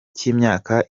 cy’imyaka